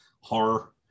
horror